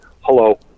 hello